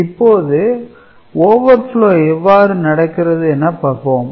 இப்போது overflow எவ்வாறு நடக்கிறது என பார்ப்போம்